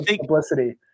publicity